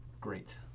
great